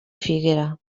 figuera